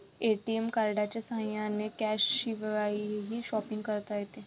ATM कार्डच्या साह्याने कॅशशिवायही शॉपिंग करता येते